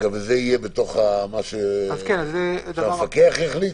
זה יהיה במה שהמפקח יחליט?